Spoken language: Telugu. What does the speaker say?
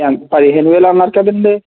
ఎంత పదిహేనువేలు అన్నారు కదండీ